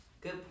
Good